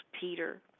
Peter